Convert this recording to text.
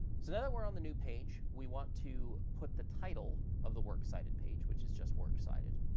so now that we're on the new page, we want to put the title of the works cited page, which is just works cited,